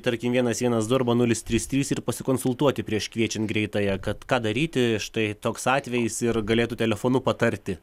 tarkim vienas vienas du arba nulis trys trys ir pasikonsultuoti prieš kviečiant greitąją kad ką daryti štai toks atvejis ir galėtų telefonu patarti